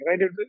right